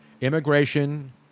Immigration